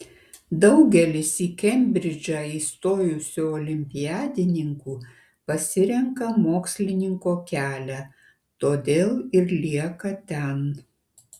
daugelis į kembridžą įstojusių olimpiadininkų pasirenka mokslininko kelią todėl ir lieka ten